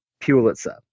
Pulitzer